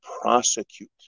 prosecute